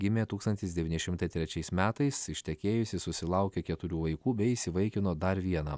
gimė tūkstantis devyni šimtai trečiais metais ištekėjusi susilaukė keturių vaikų bei įsivaikino dar vieną